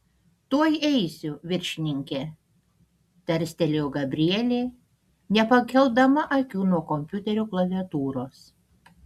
tuoj eisiu viršininke tarstelėjo gabrielė nepakeldama akių nuo kompiuterio klaviatūros